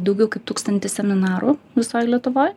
daugiau kaip tūkstantį seminarų visoj lietuvoj